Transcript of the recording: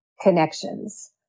connections